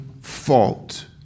fault